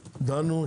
דנו,